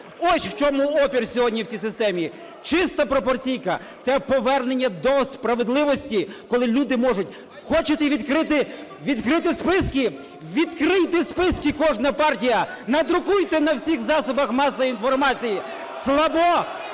Ось в чому опір сьогодні в цій системі. Чиста пропорційка - це повернення до справедливості, коли люди можуть… (Шум у залі) Хочете відкрити списки? Відкрийте списки, кожна партія, надрукуйте на всіх засобах масової інформації. Слабо?